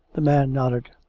the man nodded.